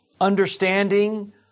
understanding